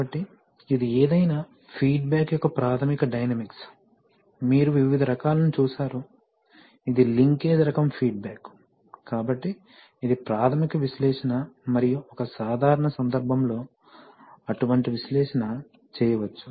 కాబట్టి ఇది ఏదైనా ఫీడ్బ్యాక్ యొక్క ప్రాథమిక డైనమిక్స్ మీరు వివిధ రకాలని చూశారు ఇది లింకేజ్ రకం ఫీడ్బ్యాక్ కాబట్టి ఇది ప్రాథమిక విశ్లేషణ మరియు ఒక సాధారణ సందర్భంలో అటువంటి విశ్లేషణ చేయవచ్చు